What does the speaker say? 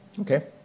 Okay